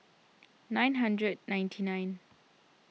nine hundred ninety nine